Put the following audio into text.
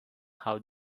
how